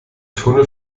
tunnel